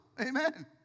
Amen